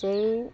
चाहिँ